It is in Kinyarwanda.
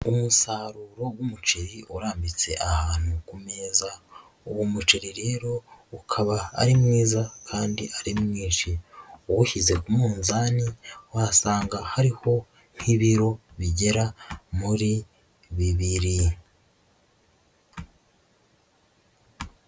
Umusaruro w'umuceri urambitse ahantu ku meza, uwo muceri rero ukaba ari mwiza kandi ari mwinshi, uwushyize ku munzani wasanga hariho nk'ibiro bigera muri bibiri.